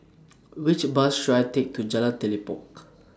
Which Bus should I Take to Jalan Telipok